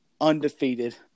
undefeated